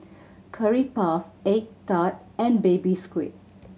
Curry Puff egg tart and Baby Squid